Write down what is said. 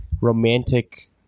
romantic